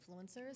influencers